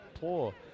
poor